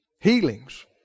healings